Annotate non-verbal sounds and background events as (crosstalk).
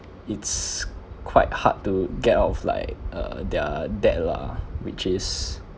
it's quite hard to get out of like uh their debt lah (breath) which is